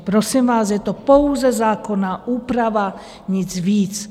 Prosím vás, je to pouze zákonná úprava, nic víc.